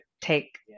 take